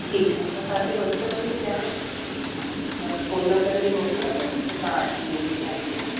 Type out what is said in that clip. ठीकु आहे मां तव्हांखे वट्सप थी कयां तव्हां फोन नंबर बि मोकिलियां न त तव्हां अची वेंदो टाइम सां